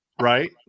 right